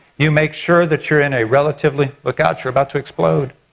you make sure that you're in a relatively, look out you're about to explode,